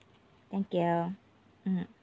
thank you mm